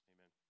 Amen